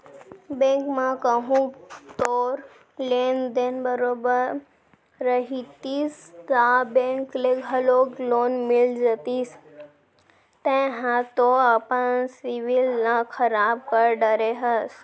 bank म कहूँ तोर लेन देन बरोबर रहितिस ता बेंक ले घलौक लोन मिल जतिस तेंहा तो अपन सिविल ल खराब कर डरे हस